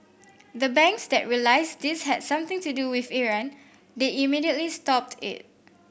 the banks that realised this had something to do with Iran they immediately stopped it